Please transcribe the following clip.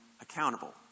accountable